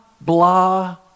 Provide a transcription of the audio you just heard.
blah